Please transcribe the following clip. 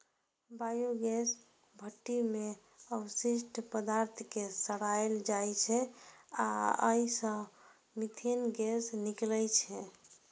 biogas भट्ठी मे अवशिष्ट पदार्थ कें सड़ाएल जाइ छै आ अय सं मीथेन गैस निकलै छै